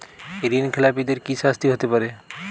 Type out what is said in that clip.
ঋণ খেলাপিদের কি শাস্তি হতে পারে?